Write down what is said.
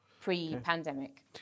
pre-pandemic